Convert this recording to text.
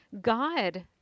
God